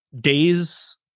days